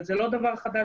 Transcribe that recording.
זה לא דבר חדש,